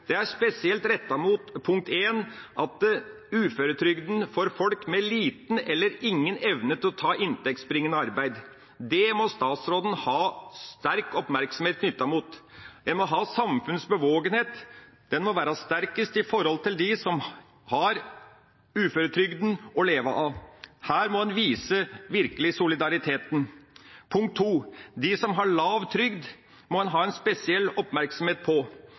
uføretrygden til folk med liten eller ingen evne til å ta inntektsbringende arbeid. Det må statsråden ha stor oppmerksomhet rettet mot. Samfunnets bevågenhet må være sterkest overfor dem som har uføretrygden å leve av. Her må en virkelig vise solidaritet. Punkt nr. 2: De som har lav trygd, må en